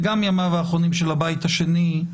וגם ימיו האחרונים של הבית השני,